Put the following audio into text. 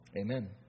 Amen